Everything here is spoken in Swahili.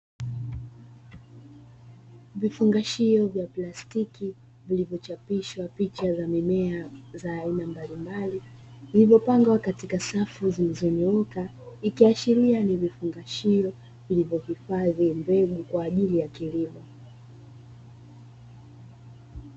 Vifungashio vya plastiki vilivyo chapishwa picha za mimea za aina mbalimbali , vilivyopangwa katika safu zilizo nyooka , vikiashiria ni vifungashio vilivyohifadhi mbegu kwa ajili ya kilimo.